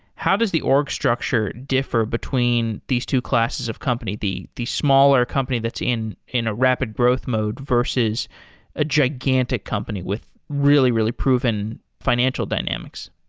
how does the org structure differ between these two classes of company, the the smaller company that's in in a rapid growth mode versus a gigantic company with really, really proven financial financial dynamics?